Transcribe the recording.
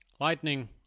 Lightning